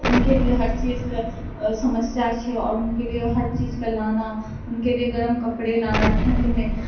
उनके लिए हर चीजके समस्या छै और उनके लिए हर चीजके लाना उनके लिए गरम कपड़े लाना ठण्डमे